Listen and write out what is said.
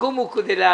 הסיכום הוא כדלהלן.